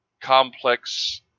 complex